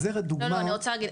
אני רוצה להגיד,